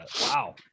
wow